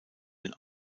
den